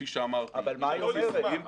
אבל מה היא אומרת?